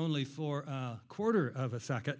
only for a quarter of a socket